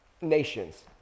nations